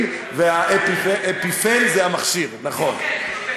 אפינפרין ואפיפן זה המכשיר, נכון.